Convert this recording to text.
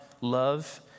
love